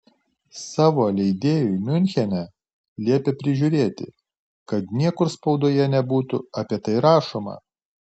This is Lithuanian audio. savo leidėjui miunchene liepė prižiūrėti kad niekur spaudoje nebūtų apie tai rašoma